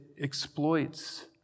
exploits